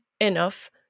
enough